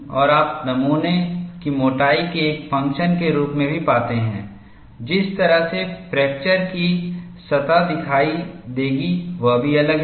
और आप नमूने की मोटाई के एक फ़ंक्शन के रूप में भी पाते हैं जिस तरह से फ्रैक्चर की सतह दिखाई देगी वह भी अलग है